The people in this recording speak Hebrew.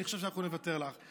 אני חושב שאנחנו נוותר לך,